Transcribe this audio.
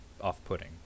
off-putting